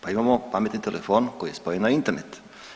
Pa imao pametni telefon koji je spojen na internet.